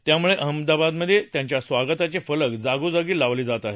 त्यामुळे अहमदाबादमधे त्यांच्या स्वागताचे फलक जागोजागी लावले आहेत